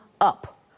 up